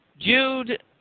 Jude